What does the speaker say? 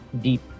deep